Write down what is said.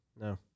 No